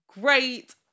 great